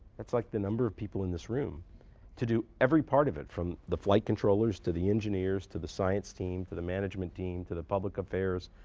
that's like the number of people in this room to do every part of it, from the flight controllers, to the engineers, to the science team, to the management team, to the public affairs,